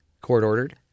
Court-ordered